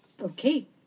Okay